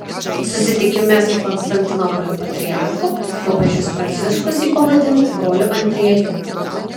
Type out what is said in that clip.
susitikime su konstantinopolio patriarchu popiežius pranciškus jį pavadino broliu andriejumi